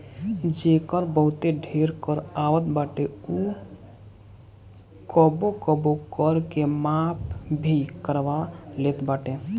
जेकर बहुते ढेर कर आवत बाटे उ कबो कबो कर के माफ़ भी करवा लेवत बाटे